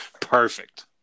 Perfect